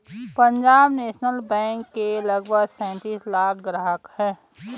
Punjab national bank के लगभग सैंतीस लाख ग्राहक हैं